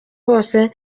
hose